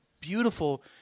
beautiful